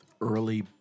early